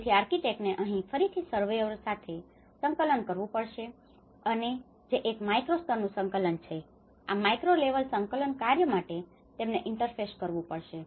તેથી આર્કિટેક્ટને અહીં ફરીથી સર્વેયરો surveyor સર્વેક્ષણકારો સાથે સંકલન કરવું પડશે અને જે એક માઈક્રો સ્તરનું સંકલન છે આમ માઇક્રો લેવલ સંકલન કાર્ય માટે તેમને ઇન્ટરફેસ કરવું પડશે